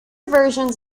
versions